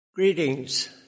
Greetings